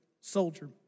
soldier